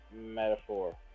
metaphor